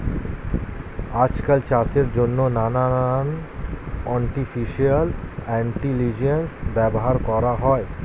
আজকাল চাষের জন্যে নানান আর্টিফিশিয়াল ইন্টেলিজেন্স ব্যবহার করা হয়